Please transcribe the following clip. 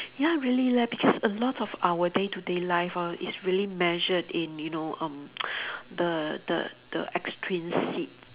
ya really leh because a lot of our day to day life hor is really measured in you know um the the the extrinsic